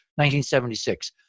1976